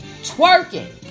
twerking